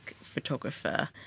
photographer